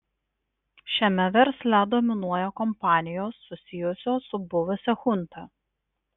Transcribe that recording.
šiame versle dominuoja kompanijos susijusios su buvusia chunta